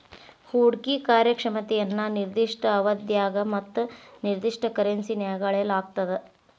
ಹೂಡ್ಕಿ ಕಾರ್ಯಕ್ಷಮತೆಯನ್ನ ನಿರ್ದಿಷ್ಟ ಅವಧ್ಯಾಗ ಮತ್ತ ನಿರ್ದಿಷ್ಟ ಕರೆನ್ಸಿನ್ಯಾಗ್ ಅಳೆಯಲಾಗ್ತದ